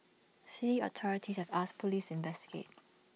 city authorities have asked Police investigate